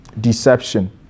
Deception